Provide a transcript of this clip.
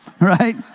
right